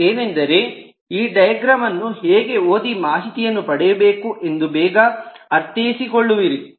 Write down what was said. ಅದು ಏನೆಂದು ಈ ಡೈಗ್ರಾಮ್ ಅನ್ನು ಹೇಗೆ ಓದಿ ಮಾಹಿತಿಯನ್ನು ಪಡೆಯಬೇಕು ಎಂದು ಬೇಗ ಅರ್ಥೈಸಿಕೊಳ್ಳುವಿರಿ